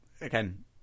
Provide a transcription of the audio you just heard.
Again